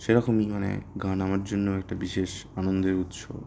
সেরকমই মানে গান আমার জন্য একটা বিশেষ আনন্দের উৎস